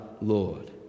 Lord